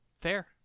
Fair